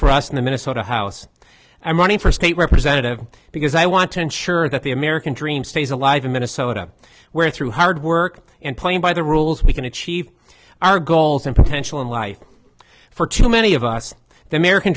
for us in the minnesota house i am running for state representative because i want to ensure that the american dream stays alive in minnesota where through hard work and playing by the rules we can achieve our goals and potential in life for too many of us the american